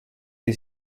dei